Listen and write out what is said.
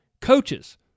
coaches